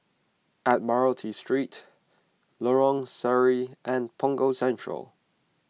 Admiralty Street Lorong Sari and Punggol Central